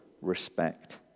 respect